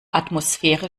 atmosphäre